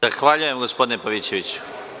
Zahvaljujem gospodine Pavićeviću.